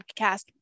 podcast